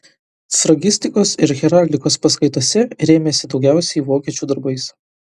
sfragistikos ir heraldikos paskaitose rėmėsi daugiausiai vokiečių darbais